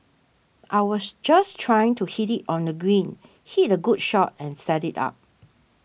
I was just trying to hit it on the green hit a good shot and set it up